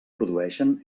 produeixen